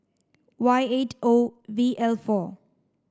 Y eight O V L four